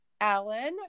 Alan